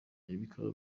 bikaba